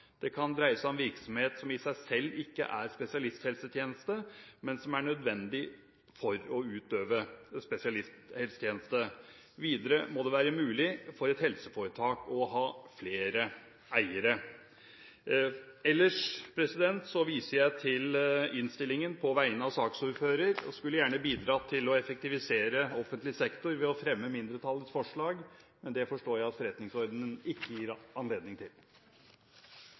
Det kan dreie seg om virksomhet som i seg selv ikke er spesialisthelsetjeneste, men som er nødvendig for å utøve spesialisthelsetjeneste. Videre må det være mulig for et helseforetak å ha flere eiere. Ellers viser jeg på vegne av saksordføreren til innstillingen, og jeg skulle gjerne bidratt til å effektivisere offentlig sektor ved å fremme mindretallets forslag. Men det forstår jeg at forretningsordenen ikke gir anledning til.